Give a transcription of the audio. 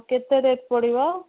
କେତେ ରେଟ୍ ପଡ଼ିବ